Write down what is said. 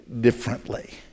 differently